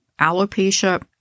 alopecia